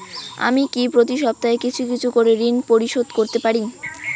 আমি কি প্রতি সপ্তাহে কিছু কিছু করে ঋন পরিশোধ করতে পারি?